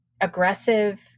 aggressive